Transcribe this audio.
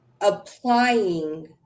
applying